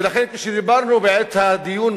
ולכן, כשדיברנו בעת הדיון,